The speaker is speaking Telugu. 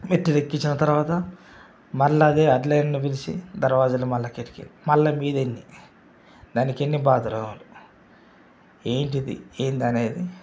మెట్లు ఎక్కించిన తర్వాత మళ్ళా అదే అట్లే వడ్రేయరునును పిలిచి దర్వాజలు మళ్ళా కిటికీలు మళ్ళా మీద ఎన్ని దానికి ఎన్ని బాతురూములు ఏంటిది ఏంది అనేది